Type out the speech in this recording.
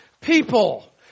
people